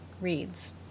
reads